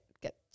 get